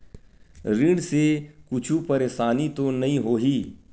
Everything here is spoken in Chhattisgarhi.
ऋण से कुछु परेशानी तो नहीं होही?